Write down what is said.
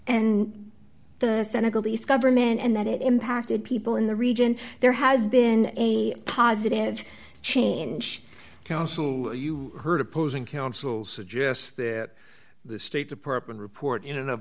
government and that it impacted people in the region there has been a positive change council you heard opposing counsel suggests that the state department report in